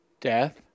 death